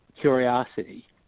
curiosity